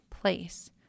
place